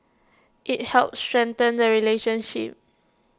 IT helps strengthen the relationship